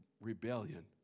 rebellion